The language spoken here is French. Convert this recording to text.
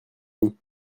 mis